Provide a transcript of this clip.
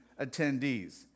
attendees